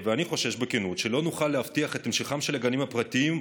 אני חושש בכנות שלא נוכל להבטיח את המשכם של הגנים הפרטיים,